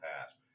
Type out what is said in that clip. past